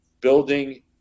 building